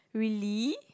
really